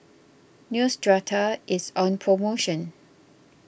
Neostrata is on promotion